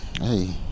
Hey